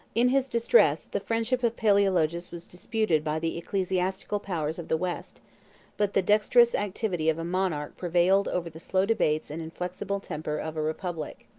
in his distress, the friendship of palaeologus was disputed by the ecclesiastical powers of the west but the dexterous activity of a monarch prevailed over the slow debates and inflexible temper of a republic.